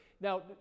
Now